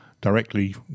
directly